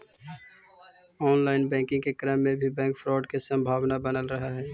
online banking के क्रम में भी बैंक फ्रॉड के संभावना बनल रहऽ हइ